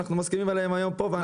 אנחנו מסכימים עליהם היום פה.